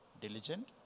diligent